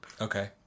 Okay